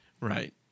Right